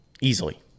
easily